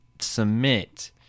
submit